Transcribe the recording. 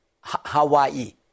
Hawaii